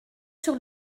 sur